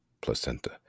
placenta